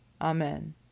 amen